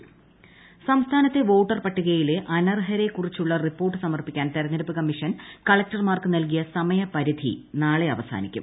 അനർഹരുടെ പട്ടിക്ട് സംസ്ഥാനത്തെ വോട്ടർ ്പട്ടികയിലെ അനർഹരെക്കുറിച്ചുള്ള റിപ്പോർട്ട് സമർപ്പിക്കാൻ തെരഞ്ഞെടുപ്പ് കമ്മീഷൻ കളക്ടർമാർക്ക് നൽകിയ സമയപരിധി നാളെ അവസാനിക്കും